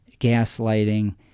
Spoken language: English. gaslighting